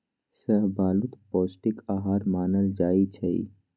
शाहबलूत पौस्टिक अहार मानल जाइ छइ